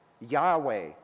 Yahweh